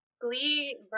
glee